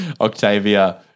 Octavia